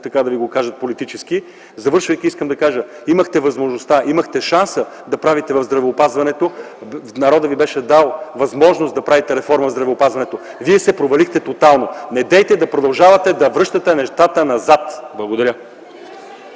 откъде да Ви го кажа политически. Завършвайки, искам да кажа: имахте възможността, имахте шанса да правите реформа в здравеопазването, народът ви беше дал възможност да правите реформа в здравеопазването, вие се провалихте тотално! Недейте да продължавате да връщате нещата назад! Благодаря.